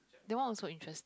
that one also interests